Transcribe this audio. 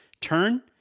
turn